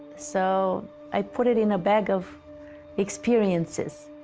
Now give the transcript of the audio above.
so i put it in a bag of experiences.